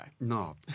No